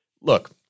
Look